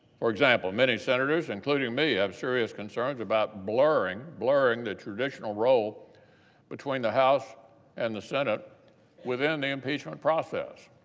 for example, many senators, including me, have serious concerns about blurring, blurring the traditional role between the house and the senate within the impeachment process.